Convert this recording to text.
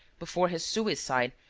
before his suicide,